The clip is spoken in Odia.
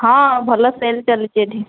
ହଁ ଭଲ ସେଲ୍ ଚାଲିଛି ଏଠି